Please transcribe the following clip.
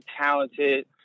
talented